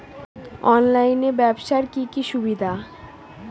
অনলাইনে ব্যবসার কি কি অসুবিধা?